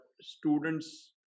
students